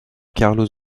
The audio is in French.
carlos